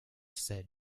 said